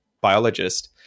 biologist